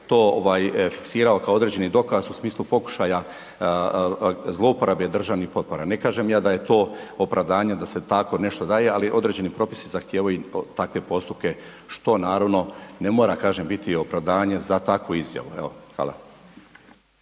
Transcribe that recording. fiksirao kao određeni dokaz u smislu pokušaja zlouporabe državnih potpora. Ne kažem ja da je to opravdanje da se tako nešto daje, ali određeni propisi zahtijevaju takve postupke što naravno ne mora kažem biti opravdanje za takvu izjavu, evo hvala.